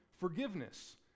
forgiveness